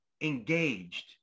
engaged